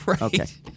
Right